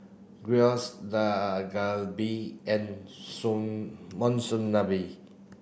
Gyros Dak Galbi and Monsunabe